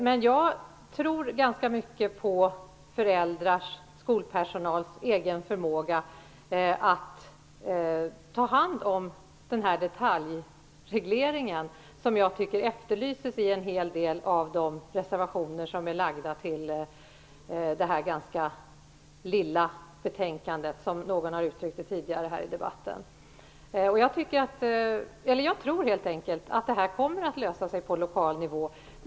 Men jag tror ganska mycket på föräldrars och skolpersonals egen förmåga att ta hand om den detaljreglering som jag tycker efterlyses i en hel del av de reservationer som fogats till detta ganska lilla betänkande, som någon har uttryckt det tidigare i debatten. Jag tror helt enkelt att det här kommer att lösa sig på lokal nivå.